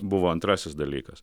buvo antrasis dalykas